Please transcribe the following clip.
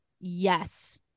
yes